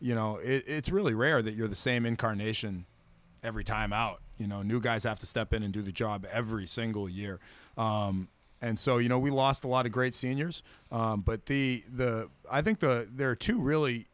you know it's really rare that you're the same incarnation every time out you know new guys have to step in and do the job every single year and so you know we lost a lot of great seniors but the i think there are two really